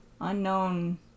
unknown